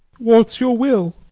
what's your will?